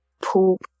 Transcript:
poop